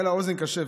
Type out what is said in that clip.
הייתה לה אוזן קשבת.